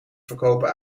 verkopen